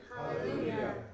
Hallelujah